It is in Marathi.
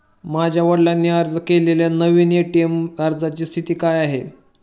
माझ्या वडिलांनी अर्ज केलेल्या नवीन ए.टी.एम अर्जाची स्थिती काय आहे?